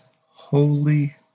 Holy